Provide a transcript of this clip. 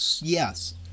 Yes